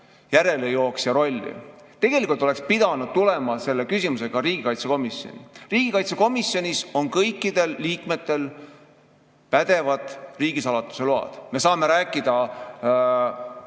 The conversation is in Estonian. järelejooksja rolli. Tegelikult oleks pidanud tegelema selle küsimusega riigikaitsekomisjon. Riigikaitsekomisjonis on kõikidel liikmetel riigisaladuse luba, me saame rääkida